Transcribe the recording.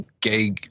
gay